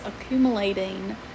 accumulating